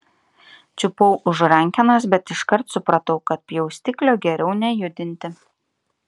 čiupau už rankenos bet iškart supratau kad pjaustiklio geriau nejudinti